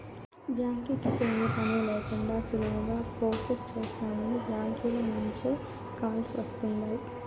బ్యాంకీకి పోయే పనే లేకండా సులువుగా ప్రొసెస్ చేస్తామని బ్యాంకీల నుంచే కాల్స్ వస్తుండాయ్